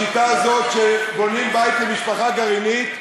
בשיטה הזאת, שבונים בית למשפחה גרעינית,